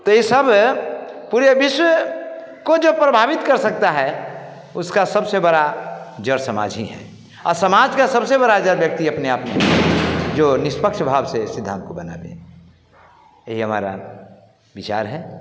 तो इ सब पूरे विश्व को जो प्रभावित कर सकता है उसका सबसे बड़ा जड़ समाज ही है औ समाज का सबसे बड़ा जड़ व्यक्ति अपने आप में जो निष्पक्ष स्वभाव से इस सिद्धांत को बनाते हैं यही हमारा विचार है